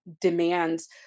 demands